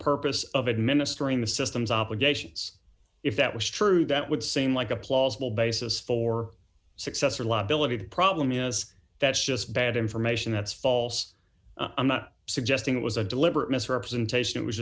purpose of administering the system's obligations if that was true that would seem like a plausible basis for successor law billeted problem yes that's just bad information that's false i'm not suggesting it was a deliberate misrepresentation